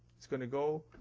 it's going to go